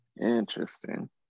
Interesting